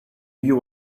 you